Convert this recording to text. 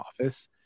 office